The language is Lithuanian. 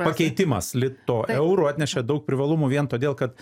pakeitimas lito euru atnešė daug privalumų vien todėl kad